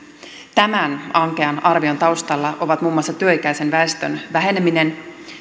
tämän ankean arvion taustalla ovat muun muassa työikäisen väestön väheneminen